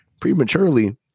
prematurely